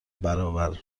برابر